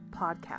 Podcast